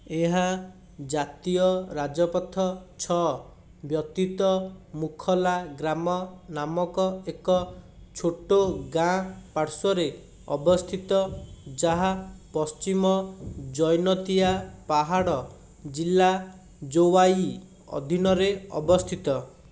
ଏହା ଜାତୀୟ ରାଜପଥ ଛଅ ବ୍ୟତିତ ମୁଖଲା ଗ୍ରାମ ନାମକ ଏକ ଛୋଟ ଗାଁ ପାର୍ଶ୍ୱରେ ଅବସ୍ଥିତ ଯାହା ପଶ୍ଚିମ ଜୈନତିଆ ପାହାଡ଼ ଜିଲ୍ଲା ଜୋୱାଇ ଅଧୀନରେ ଅବସ୍ଥିତ